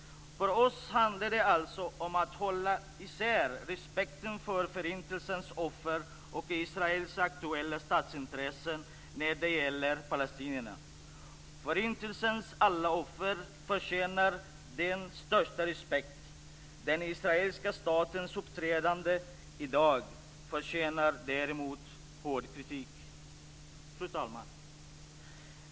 För oss handlar det alltså om att hålla isär respekten för Förintelsens offer och Israels aktuella statsintressen när det gäller palestinierna. Förintelsens alla offer förtjänar den största respekt. Den israeliska statens uppträdande i dag förtjänar däremot hård kritik. Fru talman!